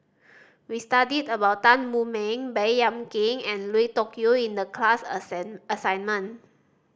we studied about Tan Wu Meng Baey Yam Keng and Lui Tuck Yew in the class assignment